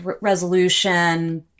resolution